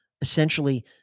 essentially